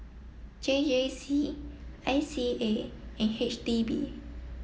J J C I C A and H D B